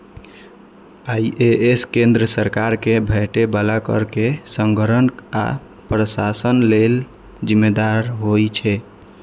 IRS केंद्र सरकार कें भेटै बला कर के संग्रहण आ प्रशासन लेल जिम्मेदार होइ छै